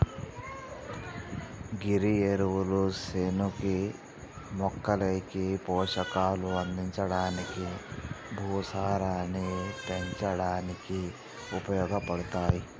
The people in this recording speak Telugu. గీ ఎరువులు సేనుకి మొక్కలకి పోషకాలు అందించడానికి, భూసారాన్ని పెంచడానికి ఉపయోగపడతాయి